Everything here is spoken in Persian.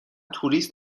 توریست